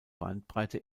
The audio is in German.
bandbreite